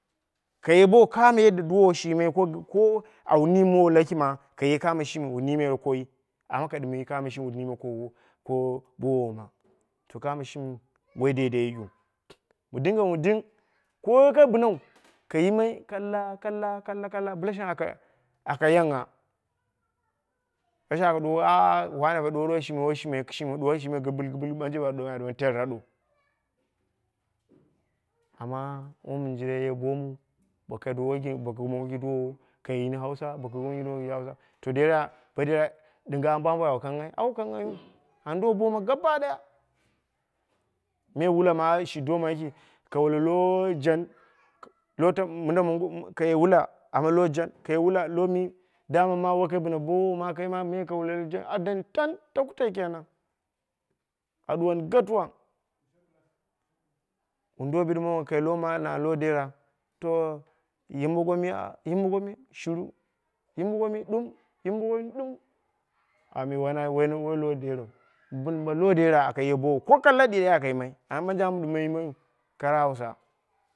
Kaye bowo, kamo yadda duwowo shi yimai ko an nim mowa laki ma, ka ye kamo shimi wu nimeye koi. Amma ka ye kamo shimi wu nime ko ko duwowo ma. To kamo shimi woi daidai yu. Mu dinge mu ding, ko wo kai binau, kai yimai kalla, kalla, kalla, kalla bla shang aka yangha. Bo shang aa wane ɗuwa ɗuwa shima woshi yimai kushimw, duwa shi yimai giɓil giɓil, ɓanje a duwoni terra dow. Amma wom in jinda ye bomu, bo kai duko, boko mako yi duwowo kai yini hausa to dera ɗinga ambo amboi an kanghai, an kanghaiyu. An do boma gabadaya. me wula ma shi doma yiki, ka wule lo jan minda kaye wula amma lo jan, ka ye wula lo mi? Dama ma wokai bina bowou ma aka yimai. Adeni yantai kenan, a duwoni gatuwang. wun do bidi mowo kai lo ma ma, na lodera to yim boko mi? Shiru yim mongo mi? Ɗum, yim mongo mi, ɗum. Aa me wore lo derau. Bo lo dera aka ye bowo, ko kallaɗi akaryimai. Amma banje am dim yimaiyu, kara hausa.